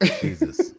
Jesus